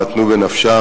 נתנו בנפשם,